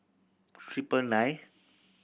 triple nine